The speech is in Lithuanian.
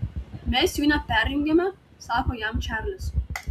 mes jų neperjungiame sako jam čarlis